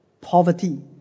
poverty